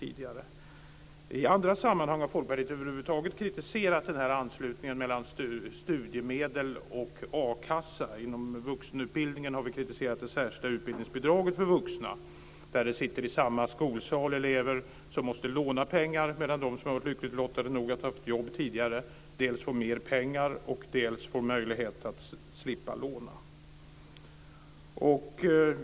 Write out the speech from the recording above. I andra sammanhang har Folkpartiet över huvud taget kritiserat anslutningen mellan studiemedel och a-kassa. Inom vuxenutbildningen har vi kritiserat det särskilda utbildningsbidraget för vuxna. I samma skolsal sitter elever som måste låna pengar medan de som varit lyckligt lottade nog att ha haft jobb tidigare dels får mer pengar, dels får möjlighet att slippa låna.